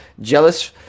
jealous